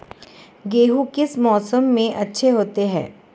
गेहूँ किस मौसम में अच्छे होते हैं?